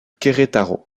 querétaro